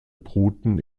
bruten